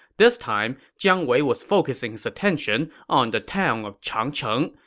this time, jiang wei was focusing his attention on the town of changcheng,